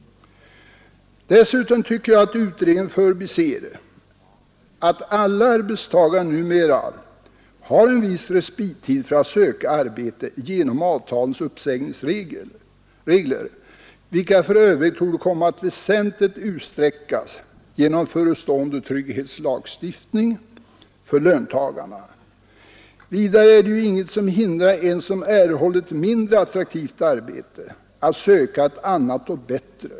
Dessutom tycker jag att utredningen förbiser att alla arbetstagare numera har en viss respittid för att söka arbete genom avtalens uppsägningsregler, vilka för övrigt torde komma att väsentligt utsträckas genom förestående trygghetslagstiftning för löntagarna. Vidare är det ju inget som hindrar en som erhållit ett mindre attraktivt arbete att söka ett annat och bättre.